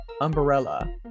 Umbrella